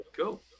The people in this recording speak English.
Cool